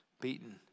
beaten